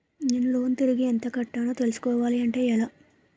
నేను లోన్ తిరిగి ఎంత కట్టానో తెలుసుకోవాలి అంటే ఎలా?